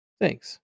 Thanks